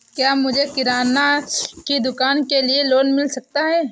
क्या मुझे किराना की दुकान के लिए लोंन मिल सकता है?